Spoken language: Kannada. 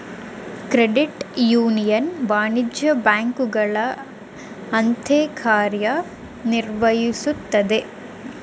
ಕ್ರೆಡಿಟ್ ಯೂನಿಯನ್ ವಾಣಿಜ್ಯ ಬ್ಯಾಂಕುಗಳ ಅಂತೆ ಕಾರ್ಯ ನಿರ್ವಹಿಸುತ್ತದೆ